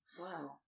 Wow